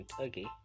Okay